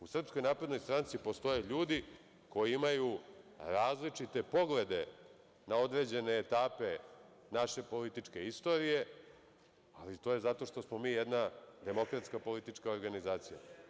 U SNS postoje ljudi koji imaju različite poglede na određene etape naše političke istorije, ali to je zato što smo mi jedna demokratska politička organizacija.